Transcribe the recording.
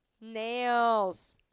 nails